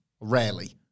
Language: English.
rarely